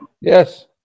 Yes